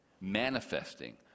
manifesting